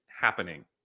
happening